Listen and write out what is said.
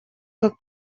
как